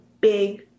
big